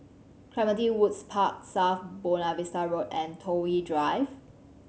Clementi Woods Park South Buona Vista Road and Toh Yi Drive